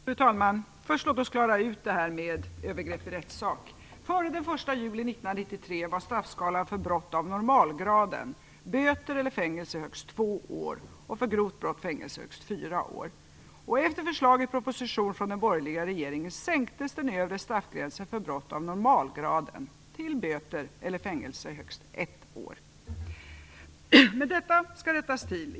Fru talman! Låt oss först klara ut frågan om övergrepp i rättssak. Före den 1 juli 1993 var straffskalan för brott av normalgraden böter eller fängelse i högst två år och för grovt brott fängelse i högst fyra år. Detta skall rättas till.